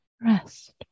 Rest